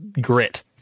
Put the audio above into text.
grit